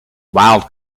wild